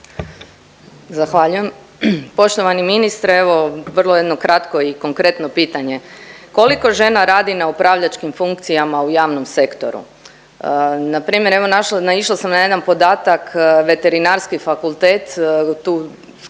Zahvaljujem. Poštovani ministre, evo vrlo jedno kratko i konkretno pitanje. Koliko žena radi na upravljačkim funkcijama u javnom sektoru? Npr. evo naišla sam na jedan podatak Veterinarski fakultet, tu ustanova